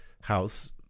house